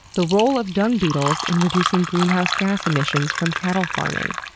the role of dung beetles in reducing greenhouse gas emissions from cattle farming.